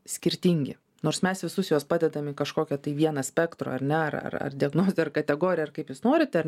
skirtingi nors mes visus juos padedam į kažkokią tai vieną spektro ar ne ar ar diagnozę ar kategoriją ar kaip jūs norit ar